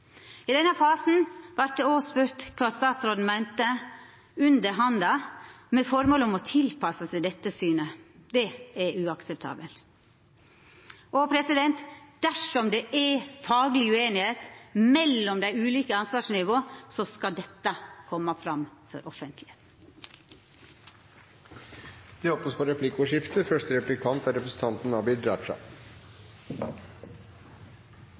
I denne fasen vart det òg spurt om kva statsråden meinte – under handa – med det føremål å tilpassa seg dette synet. Det er uakseptabelt. Dersom det er fagleg ueinigheit mellom dei ulike ansvarsnivåa, skal dette koma fram for offentlegheita. Det blir replikkordskifte. Jeg viser til konklusjonene i innstillingen, hvor flertallet – bl.a. representanten,